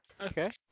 Okay